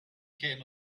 came